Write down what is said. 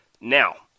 Now